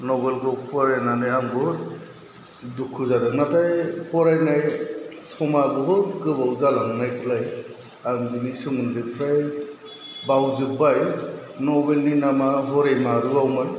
नभेलखौ फरायनानै आं बुहुद दुखु जादों नाथाय फरायनाय समा बुहुद गोबाव जालांनायखौलाय आं बिनि सोमोन्दै फ्राय बावजोब्बाय नभेलनि नामआ हरै मारुआवमोन